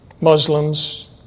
Muslims